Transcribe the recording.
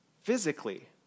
Physically